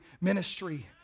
ministry